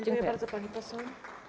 Dziękuję bardzo, pani poseł.